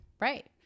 Right